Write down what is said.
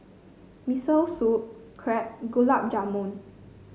Miso Soup Crepe Gulab Jamun